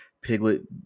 Piglet